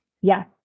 Yes